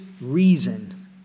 reason